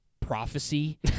Prophecy